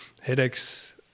headaches